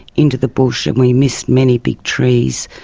into the bush, and we missed many big trees,